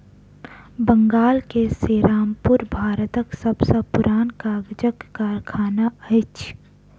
बंगाल के सेरामपुर भारतक सब सॅ पुरान कागजक कारखाना अछि